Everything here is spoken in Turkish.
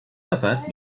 sefer